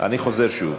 אני חוזר שוב,